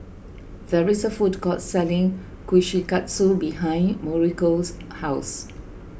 there is a food court selling Kushikatsu behind Mauricio's house